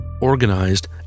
organized